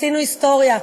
עשינו היסטוריה.